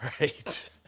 right